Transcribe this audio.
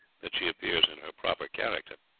that she appears in her proper character.